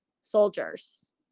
soldiers